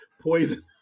Poison